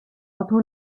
otto